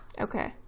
Okay